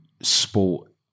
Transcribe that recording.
sport